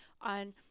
on